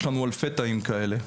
יש לנו אלפי תאים כאלה.